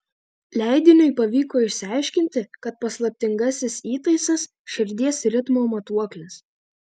leidiniui pavyko išsiaiškinti kad paslaptingasis įtaisas širdies ritmo matuoklis